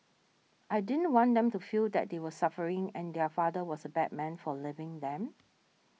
I didn't want them to feel that they were suffering and their father was a bad man for leaving them